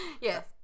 Yes